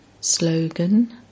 Slogan